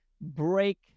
break